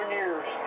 years